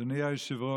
אדוני היושב-ראש,